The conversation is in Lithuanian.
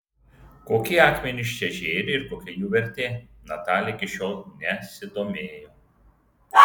kokie akmenys čia žėri ir kokia jų vertė natalija iki šiol nesidomėjo